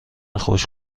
خوش